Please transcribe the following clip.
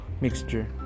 mixture